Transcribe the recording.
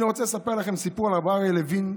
אני רוצה לספר לכם סיפור על הרב אריה לוין,